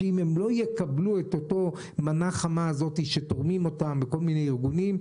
שאם הם לא יקבלו את אותה מנה חמה שתורמים כל מיני ארגונים,